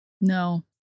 No